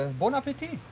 ah bon appetit.